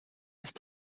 ist